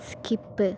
skip